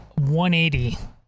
180